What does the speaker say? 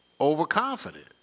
Overconfident